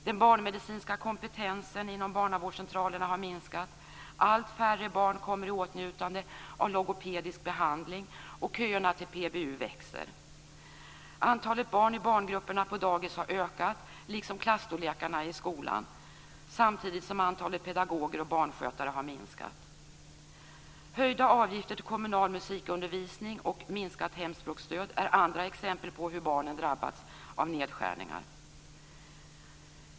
Den barnmedicinska kompetensen inom barnavårdscentralerna har minskat. Allt färre barn kommer i åtnjutande av logopedisk behandling, och köerna till PBU växer. Antalet barn i barngrupperna på dagis har ökat, liksom klasstorlekarna i skolan, samtidigt som antalet pedagoger och barnskötare har minskat. Höjda avgifter till kommunal musikundervisning och minskat hemspråksstöd är andra exempel på hur barnen drabbats av nedskärningarna.